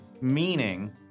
meaning